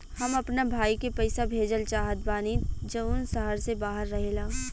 हम अपना भाई के पइसा भेजल चाहत बानी जउन शहर से बाहर रहेला